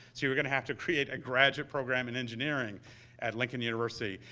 so you were going to have to create a graduate program in engineering at lincoln university.